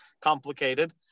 complicated